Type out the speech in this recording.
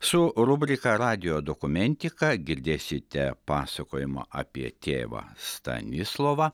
su rubrika radijo dokumentika girdėsite pasakojimą apie tėvą stanislovą